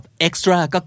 extra